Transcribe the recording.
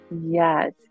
yes